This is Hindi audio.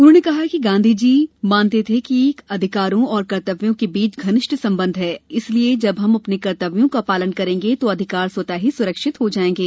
उन्होंने कहा कि गांधी जी मानते थे कि अधिकारों और कर्तव्यों के बीच घनिष्ठ संबंध हैं और इसलिए जब हम अपने कर्तव्यों का पालन करेंगे तो अधिकार स्वतः ही सुरक्षित हो जाएंगे